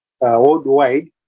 worldwide